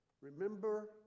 Remember